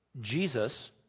Jesus